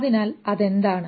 അതിനാൽ അതെന്താണ്